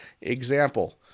Example